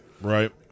Right